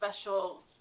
special